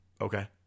okay